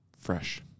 Fresh